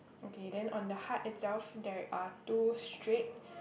okay then on the heart itself there are two straight